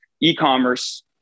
e-commerce